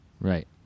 Right